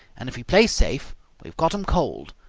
and if we play safe we've got em cold.